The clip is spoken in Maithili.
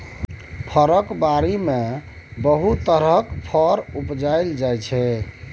फरक बारी मे बहुत रास तरहक फर उपजाएल जाइ छै